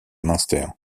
münster